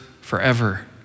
forever